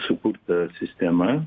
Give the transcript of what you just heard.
sukurta sistema